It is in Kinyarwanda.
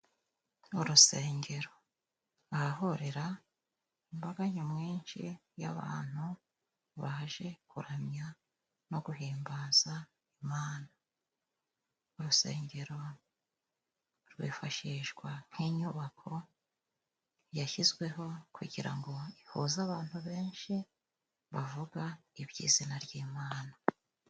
Urusengero ahahurira imbaga nyamwinshi y'abantu baje kuramya no guhimbaza Imana. Urusengero rwifashishwa nk'inyubako yashyizweho kugira ngo ihuze abantu benshi bavuga iby'izina ry'Imana.